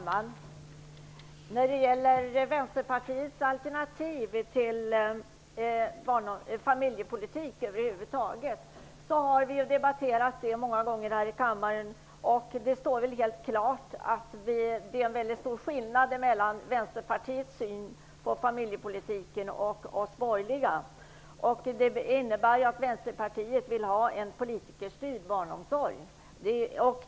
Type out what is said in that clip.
Herr talman! Vi har många gånger här i kammaren debatterat Vänsterpartiets alternativ till familjepolitik, och det står väl helt klart att det är en väldigt stor skillnad mellan Vänsterpartiets syn på familjepolitiken och den syn som vi i de borgerliga partierna har. Vänsterpartiet vill ha en politikerstyrd barnomsorg.